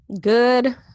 Good